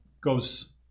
goes